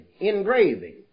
engraving